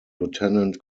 lieutenant